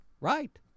Right